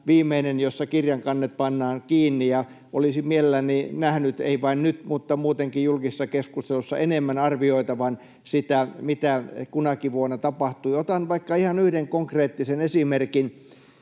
viimeinen, jossa kirjan kannet pannaan kiinni. Olisin mielelläni nähnyt — ei vain nyt vaan muutenkin julkisessa keskustelussa — enemmän arvioitavan sitä, mitä kunakin vuonna tapahtui. Otan vaikka ihan yhden konkreettisen esimerkin.